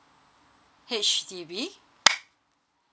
H_D_B